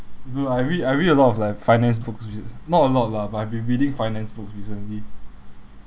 bro I read I read a lot of like finance books recen~ not a lot lah but I have been reading finance books recently